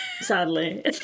Sadly